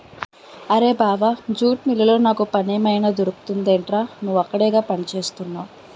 అరేయ్ బావా జూట్ మిల్లులో నాకు పనేమైనా దొరుకుతుందెట్రా? నువ్వక్కడేగా పనిచేత్తున్నవు